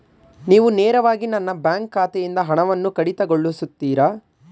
ನೀವು ನೇರವಾಗಿ ನನ್ನ ಬ್ಯಾಂಕ್ ಖಾತೆಯಿಂದ ಹಣವನ್ನು ಕಡಿತಗೊಳಿಸುತ್ತೀರಾ?